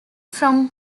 from